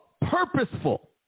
purposeful